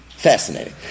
Fascinating